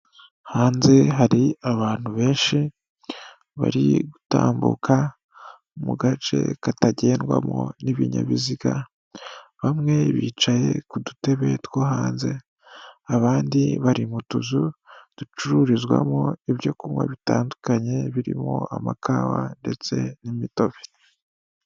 Hanze hari abantu benshi, bari gutambuka mu gace katagendwamo n'ibinyabiziga, bamwe bicaye ku dutebe two hanze, abandi bari mu tuzu ducururizwamo ibyo kunywa bitandukanye, birimo amakawa ndetse n'imitobe.